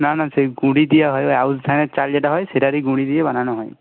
না না সেই গুঁড়ি দিয়া হয় ওই আউশ ধানের চাল যেটা হয় সেটারই গুঁড়ি দিয়ে বানানো হয়